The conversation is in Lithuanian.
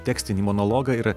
tekstinį monologą ir